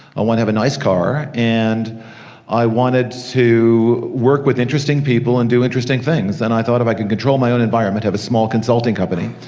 i want to have a nice car, and i wanted to work with interesting people and do interesting things, and i thought if i could control my own environment, have a small consulting company,